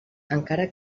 encara